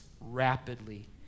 rapidly